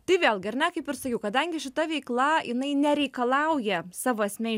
tai vėlgi ar ne kaip ir sakiau kadangi šita veikla jinai nereikalauja savo esmėj